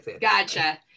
Gotcha